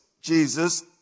Jesus